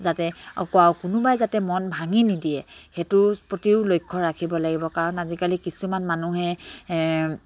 যাতে কোনোবাই যাতে মন ভাঙি নিদিয়ে সেইটোৰ প্ৰতিও লক্ষ্য ৰাখিব লাগিব কাৰণ আজিকালি কিছুমান মানুহে